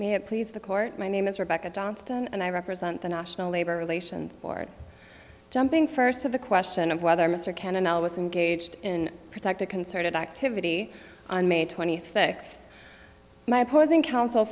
have please the court my name is rebecca johnston and i represent the national labor relations board jumping first of the question of whether mr cannon now with engaged in protective concerted activity on may twenty six my opposing counsel